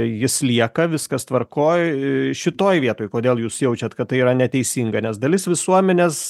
jis lieka viskas tvarkoj šitoj vietoj kodėl jūs jaučiat kad tai yra neteisinga nes dalis visuomenės